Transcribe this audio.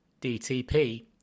DTP